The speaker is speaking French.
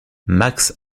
max